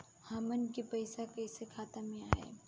हमन के पईसा कइसे खाता में आय?